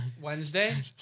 Wednesday